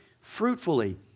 fruitfully